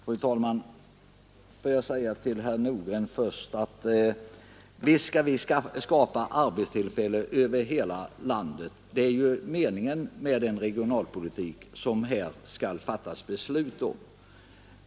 Fru talman! Jag vill först säga till herr Nordgren att vi visst skall skapa arbetstillfällen över hela landet. Det är ju meningen med den regionalpolitik vi nu skall fatta beslut om.